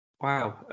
wow